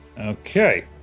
Okay